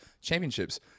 championships